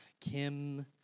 Kim